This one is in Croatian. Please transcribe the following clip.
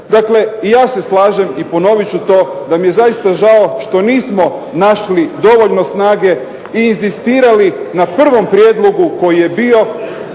Dakle i ja se slažem i ponovit ću to da mi je zaista žao što nismo našli dovoljno snage i inzistirali na prvom prijedlogu koji je bio